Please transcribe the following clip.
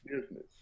business